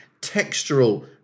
textural